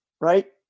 right